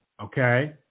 Okay